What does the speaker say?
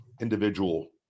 individual